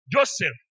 Joseph